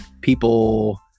people